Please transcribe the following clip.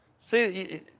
See